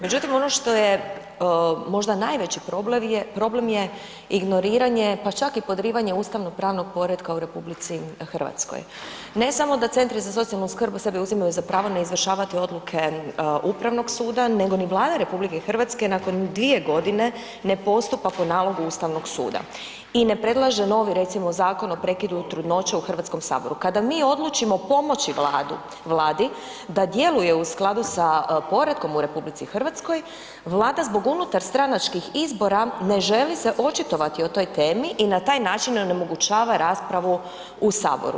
Međutim, ono što je možda najveći problem je ignoriranje, pa čak i podrivanje ustavnopravnog poretka u RH, ne samo da centri za socijalnu skrb sebi uzimaju za pravo ne izvršavati odluke Upravnog suda nego ni Vlada RH nakon 2.g. ne postupa po nalogu Ustavnog suda i ne predlaže novi recimo Zakon o prekidu trudnoće u HS, kada mi odlučimo pomoći Vladu, Vladi da djeluje u skladu sa poretkom u RH, Vlada zbog unutarstranačkih izbora ne želi se očitovati o toj temi i na taj način onemogućava raspravu u saboru.